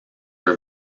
are